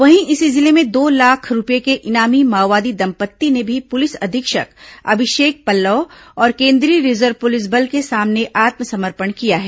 वहीं इसी जिले में दो लाख रूपये के इनामी माओवादी दंपत्ति ने भी पुलिस अधीक्षक अभिषेक पल्लव और केंद्रीय रिजर्व पुलिस बल के सामने आत्मसमर्पण किया है